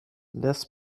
less